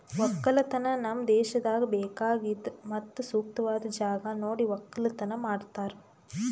ಒಕ್ಕಲತನ ನಮ್ ದೇಶದಾಗ್ ಬೇಕಾಗಿದ್ ಮತ್ತ ಸೂಕ್ತವಾದ್ ಜಾಗ ನೋಡಿ ಒಕ್ಕಲತನ ಮಾಡ್ತಾರ್